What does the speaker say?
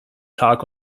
tag